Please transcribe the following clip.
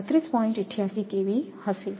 88 KV હશે